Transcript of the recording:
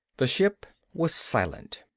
the ship was silent.